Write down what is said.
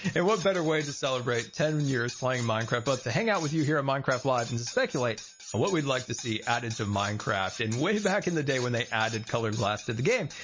and what better way to celebrate ten years playing minecraft but to hang out with you here on minecraft live and to speculate on what we'd like to see added to minecraft. and way back in the day when they added colored glass to the game,